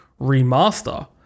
remaster